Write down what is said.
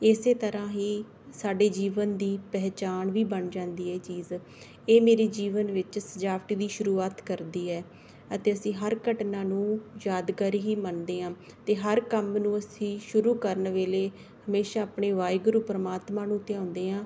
ਇਸੇ ਤਰ੍ਹਾਂ ਹੀ ਸਾਡੇ ਜੀਵਨ ਦੀ ਪਹਿਚਾਣ ਵੀ ਬਣ ਜਾਂਦੀ ਹੈ ਚੀਜ਼ ਇਹ ਮੇਰੇ ਜੀਵਨ ਵਿੱਚ ਸਜਾਵਟ ਦੀ ਸ਼ੁਰੂਆਤ ਕਰਦੀ ਹੈ ਅਤੇ ਅਸੀਂ ਹਰ ਘਟਨਾ ਨੂੰ ਯਾਦਗਾਰ ਹੀ ਮੰਨਦੇ ਹਾਂ ਅਤੇ ਹਰ ਕੰਮ ਨੂੰ ਅਸੀਂ ਸ਼ੁਰੂ ਕਰਨ ਵੇਲੇ ਹਮੇਸ਼ਾਂ ਆਪਣੇ ਵਾਹਿਗੁਰੂ ਪਰਮਾਤਮਾ ਨੂੰ ਧਿਆਉਂਦੇ ਹਾਂ